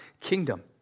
kingdom